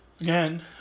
Again